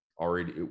already